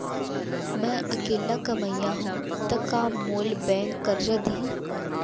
मैं अकेल्ला कमईया हव त का मोल बैंक करजा दिही?